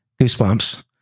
goosebumps